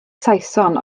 saeson